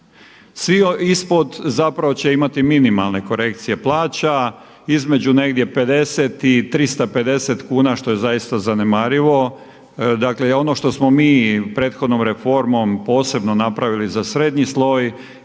Svi ispod će imati minimalne korekcije plaća, između negdje 50 i 350 kuna što je zaista zanemarivo. Dakle ono što smo mi prethodnom reformom posebno napravili za srednji sloj